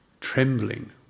trembling